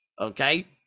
Okay